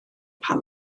pam